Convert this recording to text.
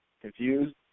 confused